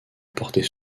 porter